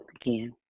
again